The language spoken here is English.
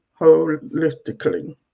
holistically